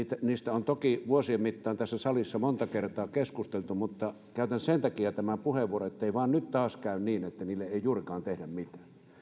niistä on toki vuosien mittaan tässä salissa monta kertaa keskusteltu mutta käytän sen takia tämän puheenvuoron ettei vaan nyt taas käy niin että niille ei tehdä juurikaan